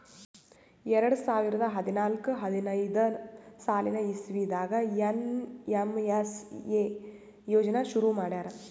ಎರಡ ಸಾವಿರದ್ ಹದ್ನಾಲ್ಕ್ ಹದಿನೈದ್ ಸಾಲಿನ್ ಇಸವಿದಾಗ್ ಏನ್.ಎಮ್.ಎಸ್.ಎ ಯೋಜನಾ ಶುರು ಮಾಡ್ಯಾರ್